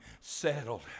settled